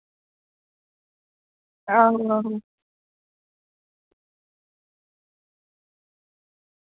आहो हो